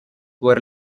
were